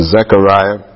Zechariah